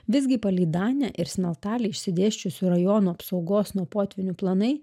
visgi palei danę ir smeltalę išsidėsčiusių rajonų apsaugos nuo potvynių planai